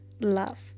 love